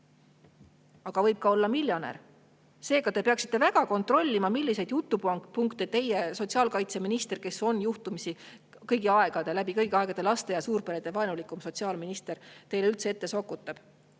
Aga võib olla ka miljonär. Seega, te peaksite väga kontrollima, milliseid jutupunkte teie sotsiaalkaitseminister, kes on juhtumisi kõigi aegade kõige laste‑ ja suurperede vaenulikum sotsiaal[kaitse]minister, teile üldse ette sokutab.